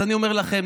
אז אני אומר לכם,